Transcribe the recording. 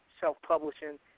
self-publishing